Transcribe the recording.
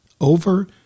over